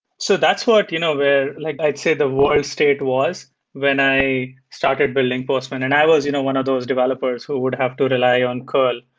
so that's what you know where like i'd say the worst state was when i started building postman, and i was you know one of those developers who would have to rely on curl.